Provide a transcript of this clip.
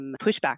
pushback